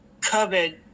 COVID